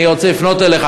אני רוצה לפנות אליך,